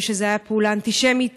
ושזו הייתה פעולה אנטישמית